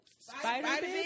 Spider